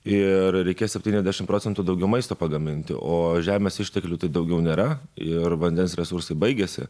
ir reikės septyniasdešimt procentų daugiau maisto pagaminti o žemės išteklių tai daugiau nėra ir vandens resursai baigiasi